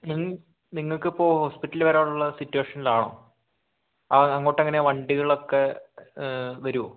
നിങ്ങൾക്ക് ഇപ്പോൾ ഹോസ്പിറ്റലിൽ വരാനുളള സിറ്റുവേഷനിലാണോ അങ്ങോട്ട് എങ്ങനെയാണ് വണ്ടികളൊക്കെ വരുമോ